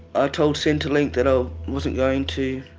ah told centrelink that i wasn't going to.